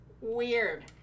weird